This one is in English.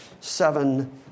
seven